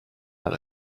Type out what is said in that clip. not